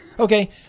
Okay